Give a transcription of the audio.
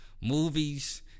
movies